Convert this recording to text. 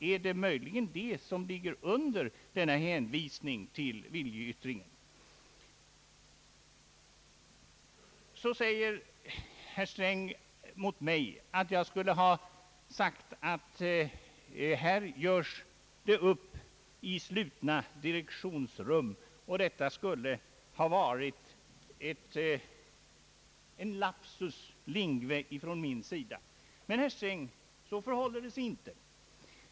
Är det möjligen det som ligger under denna hänvisning till viljeyttring? Herr Sträng påstår att jag skulle ha sagt att här görs det upp i slutna direktionsrum, och detta skulle ha varit en lapsus linguae från min sida. Men, herr Sträng, så förhåller det sig inte.